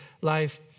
life